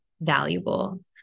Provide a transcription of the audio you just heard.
valuable